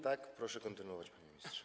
Tak, proszę kontynuować, panie ministrze.